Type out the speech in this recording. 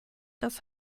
das